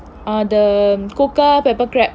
oh the coca pepper crab